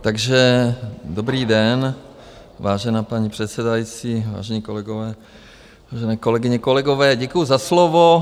Takže dobrý den, vážená paní předsedající, vážení kolegové, vážené kolegyně, kolegové, děkuju za slovo.